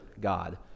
God